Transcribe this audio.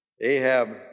Ahab